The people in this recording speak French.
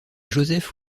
joseph